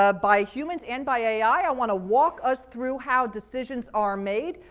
ah by humans and by ai, i want to walk us through how decisions are made.